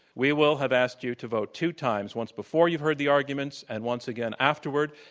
we will have asked you to vote two times, once before you've heard the arguments and once again afterward.